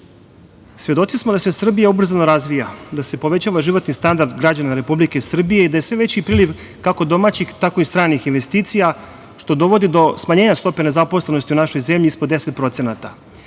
svedoci smo da se Srbija ubrzano razvija, da se povećava životni standard građana Republike Srbije i da je sve veći priliv kako domaćih, tako i stranih investicija, što dovodi do smanjenja stope nezaposlenosti u našoj zemlji ispod 10%.